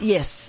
Yes